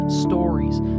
stories